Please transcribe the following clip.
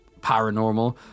paranormal